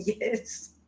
yes